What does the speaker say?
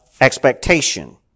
expectation